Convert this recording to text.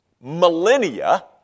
millennia